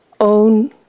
own